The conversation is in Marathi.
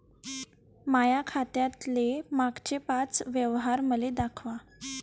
माया खात्यातले मागचे पाच व्यवहार मले दाखवा